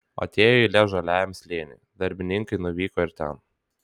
atėjo eilė žaliajam slėniui darbininkai nuvyko ir ten